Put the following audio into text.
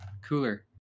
cooler